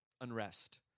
unrest